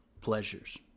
pleasures